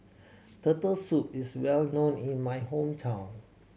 Turtle Soup is well known in my hometown